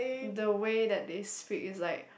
the way that they speak is like